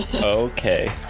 Okay